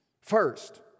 First